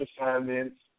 assignments